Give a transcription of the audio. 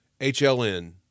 HLN